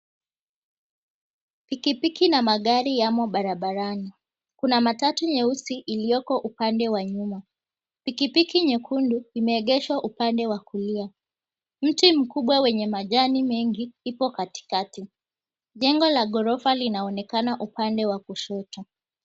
Pikipiki na magari yamo barabarani. Kuna matatu nyeusi iliyoko upande wa nyuma. Pikipiki nyekundu imeegeshwa upande wa kulia, mti mkubwa wenye majani mengi ipo katikati. Jengo la ghorofa linaonekana upande wa kushoto.